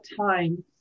time